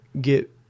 get